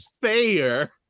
fair